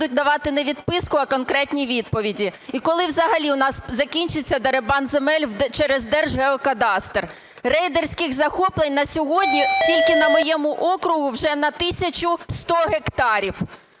давати не відписку, а конкретні відповіді? І коли взагалі у нас закінчиться дерибан земель через Держгеокадастр? Рейдерських захоплень на сьогодні тільки на моєму окрузі вже на 1 тисячу 100 гектарів.